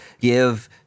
give